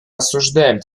осуждаем